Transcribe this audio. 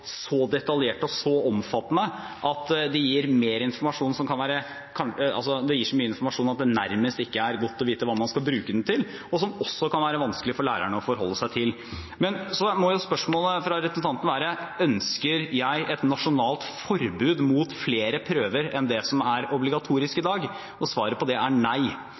så detaljerte og så omfattende at de gir så mye informasjon at det nærmest ikke er godt å vite hva man skal bruke den til, som også kan være vanskelig for læreren å forholde seg til. Så må jo spørsmålet fra representanten være: Ønsker jeg et nasjonalt forbud mot flere prøver enn det som er obligatorisk i dag? Svaret på det er nei.